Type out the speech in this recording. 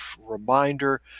reminder